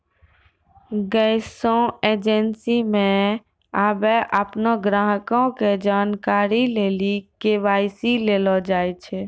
गैसो एजेंसी मे आबे अपनो ग्राहको के जानकारी लेली के.वाई.सी लेलो जाय छै